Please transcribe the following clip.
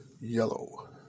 yellow